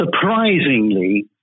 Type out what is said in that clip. surprisingly